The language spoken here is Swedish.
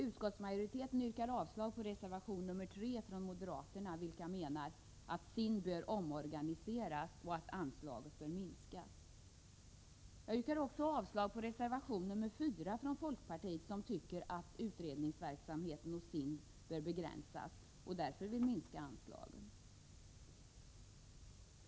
Utskottsmajoriteten yrkar avslag på reservation 3 från moderaterna, vilka menar att SIND bör omorganiseras och att anslaget bör minskas. Jag yrkar också avslag på reservation 4 från folkpartiet, som tycker att utredningsverksamheten hos SIND bör begränsas och därmed vill minska anslaget.